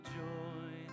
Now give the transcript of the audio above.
joy